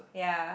ya